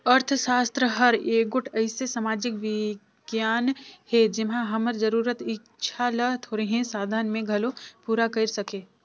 अर्थसास्त्र हर एगोट अइसे समाजिक बिग्यान हे जेम्हां हमर जरूरत, इक्छा ल थोरहें साधन में घलो पूरा कइर सके